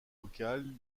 vocales